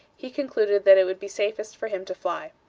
he concluded that it would be safest for him to fly.